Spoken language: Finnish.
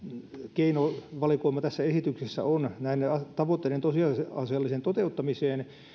keinovalikoima tässä esityksessä on näiden tavoitteiden tosiasialliseen toteuttamiseen